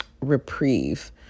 reprieve